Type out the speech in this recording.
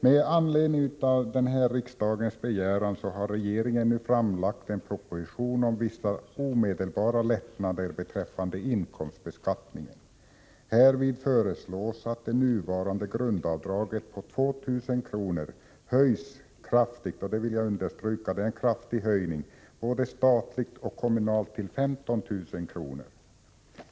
Med anledning av denna riksdagens begäran har regeringen nu framlagt en proposition om vissa omedelbara lättnader beträffande inkomstbeskattningen. Härvidlag föreslås att det nuvarande grundavdraget på 2 000 kr. höjs kraftigt — det vill jag understryka — både statligt och kommunalt till 15 000 kr.